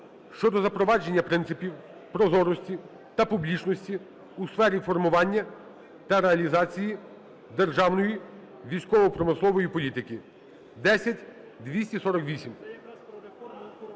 щодо запровадження принципів прозорості та публічності у сфері формування та реалізації державної військово-промислової політики